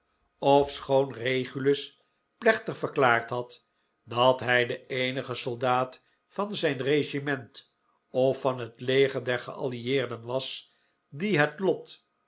ofschoon regulus plechtig verkkard had dat hij de eenige soldaat van zijn regiment of van het leger der geallieerden was die het lot